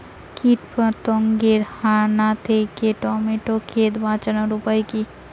কীটপতঙ্গের হানা থেকে টমেটো ক্ষেত বাঁচানোর উপায় কি?